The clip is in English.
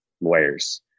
lawyers